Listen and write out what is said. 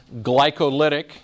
glycolytic